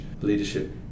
Leadership